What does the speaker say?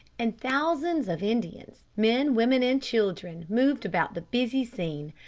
and thousand of indians men, women, and children moved about the busy scene.